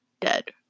dead